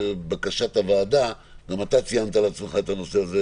בקשת הוועדה גם אתה ציינת לעצמך את הנושא הזה,